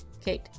Kate